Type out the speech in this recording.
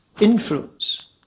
influence